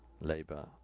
Labour